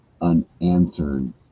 unanswered